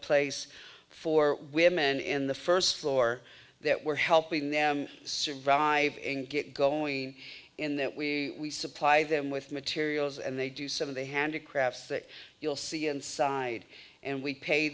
place for women in the first floor that we're helping them survive and get going in that we supply them with materials and they do some of the handicrafts that you'll see inside and we pay